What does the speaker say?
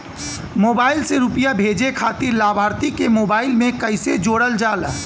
Mobile से रूपया भेजे खातिर लाभार्थी के मोबाइल मे कईसे जोड़ल जाला?